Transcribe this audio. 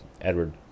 Edward